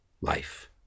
life